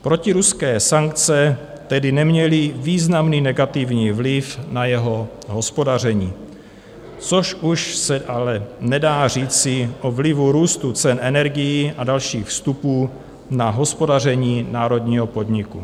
Protiruské sankce tedy neměly významný negativní vliv na jeho hospodaření, což už se ale nedá říci o vlivu růstu cen energií a dalších vstupů na hospodaření národního podniku.